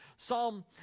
Psalm